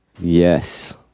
Yes